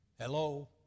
Hello